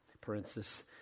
parenthesis